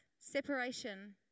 separation